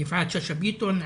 יפעת שאשא ביטון,